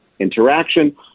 interaction